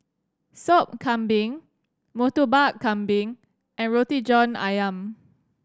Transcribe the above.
Sop Kambing Murtabak Kambing and Roti John Ayam